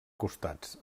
costats